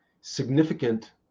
significant